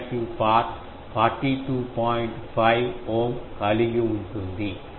5 ohm కలిగి ఉంటుంది